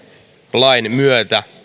lain myötä